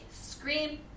Scream